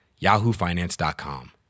yahoofinance.com